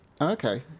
Okay